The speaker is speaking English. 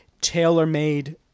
tailor-made